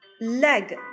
leg